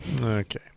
Okay